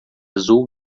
azul